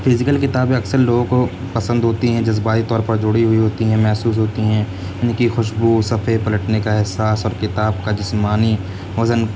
physical کتابیں اکثر لوگوں کو پسند ہوتی ہیں جذباتی طور پر جڑی ہوئی ہوتی ہیں محسوس ہوتی ہیں ان کی خوشبو صفحے پلٹنے کا احساس اور کتاب کا جسمانی وزن